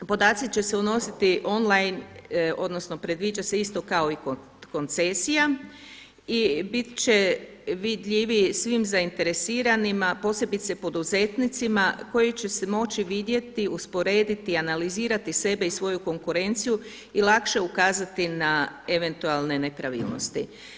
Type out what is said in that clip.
Podaci će se unositi online odnosno predviđa se isto kao i kod koncesija i bit će vidljiviji svim zainteresiranima, posebice poduzetnicima koji će si moći vidjeti, usporediti, analizirati sebe i svoju konkurenciju i lakše ukazati na eventualne nepravilnosti.